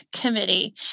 Committee